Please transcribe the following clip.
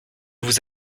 vous